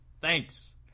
thanks